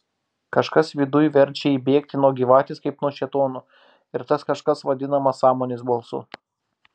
kažkas viduj verčia ji bėgti nuo gyvatės kaip nuo šėtono ir tas kažkas vadinama sąmonės balsu